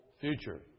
future